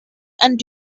and